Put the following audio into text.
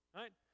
right